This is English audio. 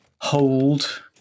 hold